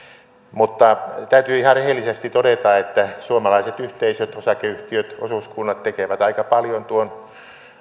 mutta täytyy ihan rehellisesti todeta että suomalaiset yhteisöt osakeyhtiöt osuuskunnat tekevät aika paljon tuon